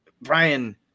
Brian